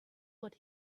what